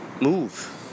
move